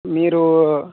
మీరు